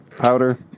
powder